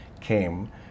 came